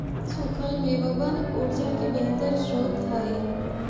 सूखल मेवबन ऊर्जा के बेहतर स्रोत हई